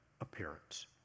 appearance